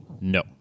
no